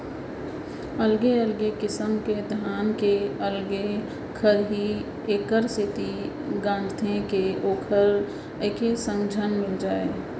अलगे अलगे किसम के धान के अलगे खरही एकर सेती गांजथें कि वोहर एके संग झन मिल जाय